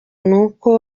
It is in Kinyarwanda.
nuko